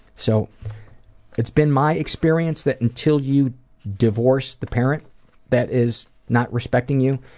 so it's been my experience that until you divorce the parent that is not respecting you,